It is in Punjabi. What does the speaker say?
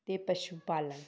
ਅਤੇ ਪਸ਼ੂ ਪਾਲਣ